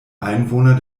einwohner